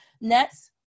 Next